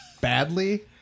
badly